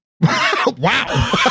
Wow